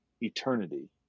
eternity